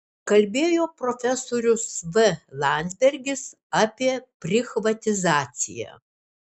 kalbėjo profesorius v landsbergis apie prichvatizaciją